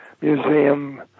museum